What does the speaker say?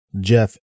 Jeff